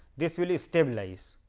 this will stabilize